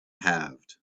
halved